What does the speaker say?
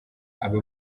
aba